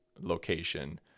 location